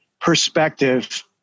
perspective